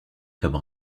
comme